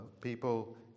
people